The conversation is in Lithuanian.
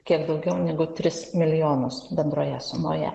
kiek daugiau negu tris milijonus bendroje sumoje